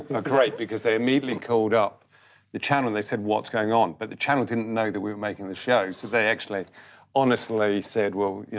ah great because they immediately called up the channel and they said, what's going on? but the channel didn't know that we were making the show so they actually honestly said, well, you